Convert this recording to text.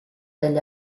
degli